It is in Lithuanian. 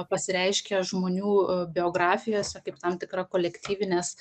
pasireiškia žmonių biografijose kaip tam tikra kolektyvinės